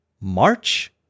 March